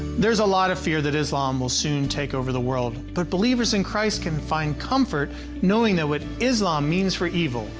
there's a lot of fear that islam will soon take over the world. but, believers in christ can find comfort knowing that what islam means for evil,